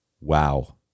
Wow